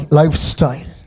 lifestyle